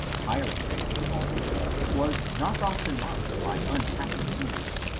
hiring-day in falmouth was not often marked by unhappy scenes,